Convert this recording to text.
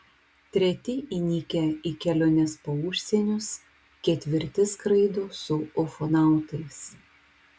treti įnikę į keliones po užsienius ketvirti skraido su ufonautais